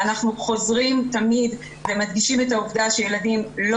ואנחנו חוזרים תמיד ומדגישים את העובדה שילדים לא